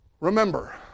remember